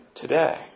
today